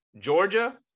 georgia